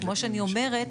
וכמו שאני אומרת,